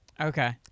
Okay